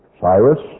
Cyrus